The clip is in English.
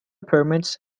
permits